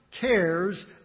cares